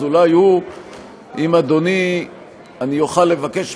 כי הם לא יכולים,